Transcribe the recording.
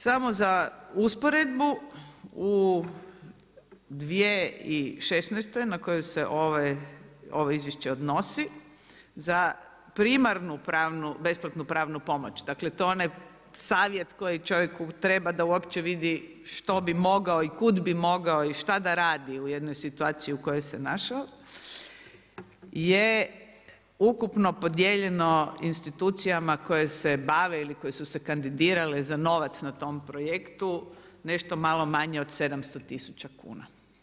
Samo za usporedbu u 2016. na koju se ovo izvješće odnosi za primarnu pravnu, besplatnu pravnu pomoć, dakle to je onaj savjet koji čovjeku treba da uopće vidi što bi mogao i kud bi mogao i šta da radi u jednoj situaciji u kojoj se našao je ukupno podijeljeno institucijama koje se bave ili koje su se kandidirale za novac na tom projektu nešto malo manje od 700 tisuća kuna.